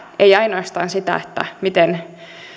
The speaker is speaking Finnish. ei ainoastaan sitä miten